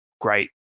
great